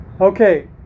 Okay